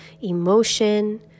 emotion